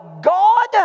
God